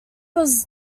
was